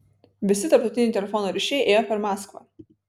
visi tarptautiniai telefono ryšiai ėjo per maskvą